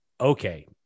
okay